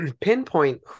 pinpoint